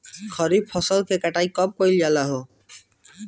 खरिफ फासल के कटाई कब कइल जाला हो?